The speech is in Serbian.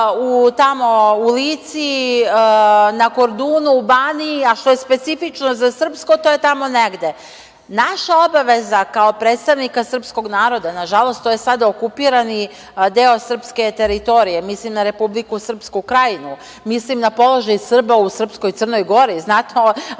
u Lici, na Kordunu, Baniji, a što je specifično za srpsko, to je tamo negde. Naša obaveza kao predstavnika srpskog naroda, nažalost, to je sada okupirani deo srpske teritorije, mislim na Republiku Srpsku Krajinu, mislim na položaj Srba u srpskoj Crnoj Gori.